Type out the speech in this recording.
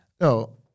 no